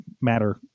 matter